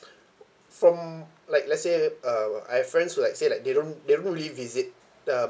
from like let's say uh I have friends who like say like they don't they don't really visit um